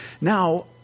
now